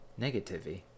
negativity